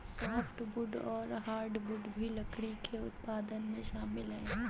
softwood और hardwood भी लकड़ी के उत्पादन में शामिल है